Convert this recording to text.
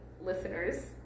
listeners